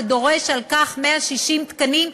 שדורש לכך 160 תקנים.